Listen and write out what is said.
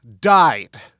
died